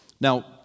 Now